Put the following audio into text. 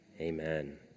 Amen